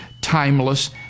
timeless